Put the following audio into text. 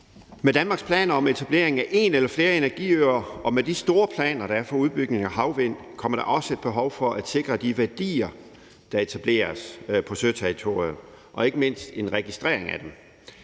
Med Danmarks planer om etableringen af en eller flere energiøer og med de store planer, der er for udbygningen af havvindenergi, kommer der også et behov for at sikre de værdier, der etableres på søterritoriet, ikke mindst i forhold til en registrering af dem.